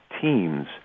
teams